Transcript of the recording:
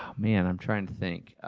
man, i'm trying to think.